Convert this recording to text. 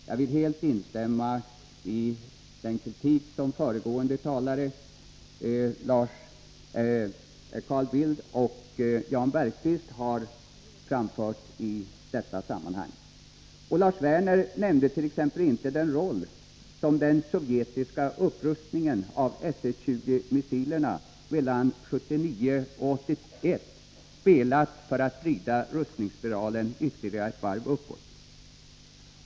Jag vill helt instämma i den kritik som föregående talare, Carl Bildt och Jan Bergqvist, har framfört i detta sammanhang. Lars Werner nämnde t.ex. inte den roll som den sovjetiska upprustningen av SS-20-missilerna mellan 1979 och 1981 har spelat för att vrida rustningsspiralen ytterligare ett varv uppåt.